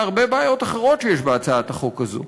להרבה בעיות אחרות שיש בהצעת החוק הזאת.